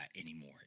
anymore